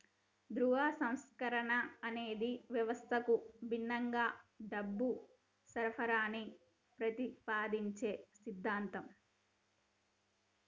ద్రవ్య సంస్కరణ అనేది వ్యవస్థకు భిన్నంగా డబ్బు సరఫరాని ప్రతిపాదించే సిద్ధాంతం